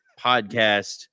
podcast